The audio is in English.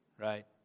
right